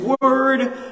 word